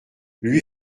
lui